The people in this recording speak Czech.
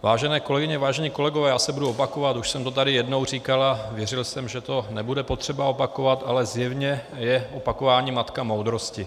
Vážené kolegyně, vážení kolegové, budu se opakovat, už jsem to tady jednou říkal a věřil jsem, že to nebude potřeba opakovat, ale zjevně je opakování matka moudrosti.